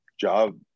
job